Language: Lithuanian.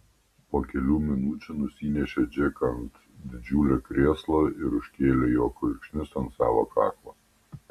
po kelių minučių nusinešė džeką ant didžiulio krėslo ir užkėlė jo kulkšnis ant savo kaklo